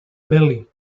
belly